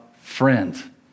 friend